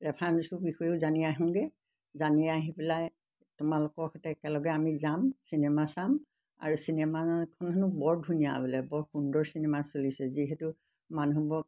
ৰেফাৰেঞ্চো বিষয়ো জানি আহোঁগৈ জানি আহি পেলাই তোমালোকৰ সৈতে একেলগে আমি যাম চিনেমা চাম আৰু চিনেমাখন হেনো বৰ ধুনীয়া বোলে বৰ সুন্দৰ চিনেমা চলিছে যিহেতু মানুহবোৰক